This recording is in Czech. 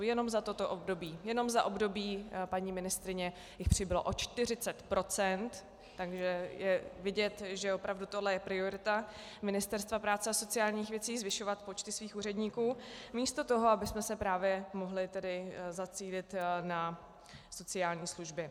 Jenom za toto období, jenom za období paní ministryně, jich přibylo o 40 %, takže je vidět, že opravdu tohle je priorita Ministerstva práce a sociálních věcí zvyšovat počty svých úředníků místo toho, abychom se právě mohli tedy zacílit na sociální služby.